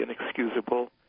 inexcusable